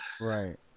Right